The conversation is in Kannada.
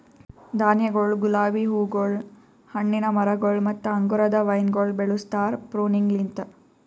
ಧಾನ್ಯಗೊಳ್, ಗುಲಾಬಿ ಹೂಗೊಳ್, ಹಣ್ಣಿನ ಮರಗೊಳ್ ಮತ್ತ ಅಂಗುರದ ವೈನಗೊಳ್ ಬೆಳುಸ್ತಾರ್ ಪ್ರೂನಿಂಗಲಿಂತ್